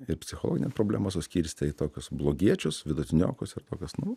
ir psichologinę problemą suskirstė į tokius blogiečius vidutiniokus ir tokias nu